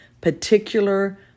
particular